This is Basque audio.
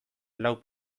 lau